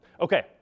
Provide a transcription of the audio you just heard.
Okay